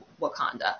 Wakanda